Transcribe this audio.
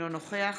אינו נוכח